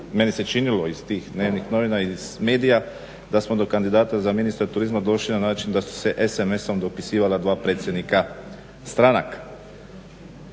meni se činilo iz tih dnevnih novina i iz medija da smo do kandidata za ministra turizma došli na način da su se sms-om dopisivala dva predsjednika stranaka.